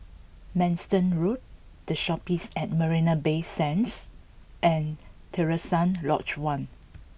Manston Road The Shoppes at Marina Bay Sands and Terusan Lodge One